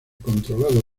controlado